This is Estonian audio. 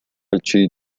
portaal